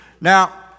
Now